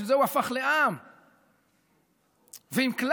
בשביל זה הוא הפך לעם.